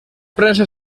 prensa